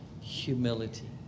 humility